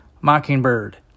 Mockingbird